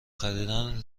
خریدن